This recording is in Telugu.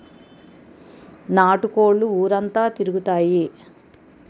నాటు కోళ్లు ఊరంతా తిరుగుతాయి